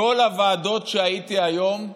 בכל ישיבות הוועדות שהייתי בהן היום,